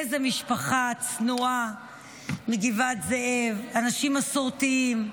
איזה משפחה צנועה מגבעת זאב, אנשים מסורתיים.